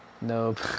Nope